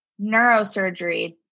neurosurgery